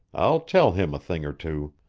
i'll tell him a thing or two.